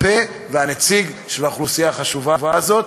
הפה והנציג של האוכלוסייה החשובה הזאת.